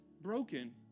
broken